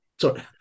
Sorry